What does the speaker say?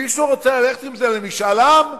מישהו רוצה ללכת עם זה למשאל עם,